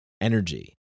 energy